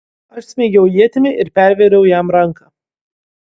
aš smeigiau ietimi ir pervėriau jam ranką